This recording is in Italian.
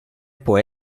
può